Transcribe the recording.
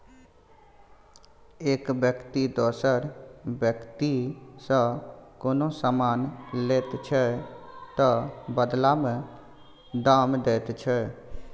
एक बेकती दोसर बेकतीसँ कोनो समान लैत छै तअ बदला मे दाम दैत छै